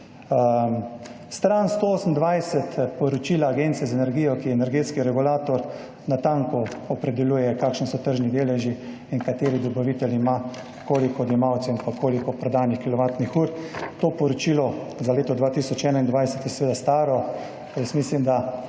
Stran 128 poročila Agencije za energijo, ki je energetski regulator, natanko opredeljuje, kakšni so tržni deleži in kateri dobavitelj ima koliko odjemalcev in koliko prodanih kilovatnih ur. To poročilo za leto 2021 je seveda staro. Jaz mislim, da